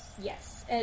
Yes